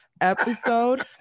episode